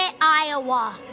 Iowa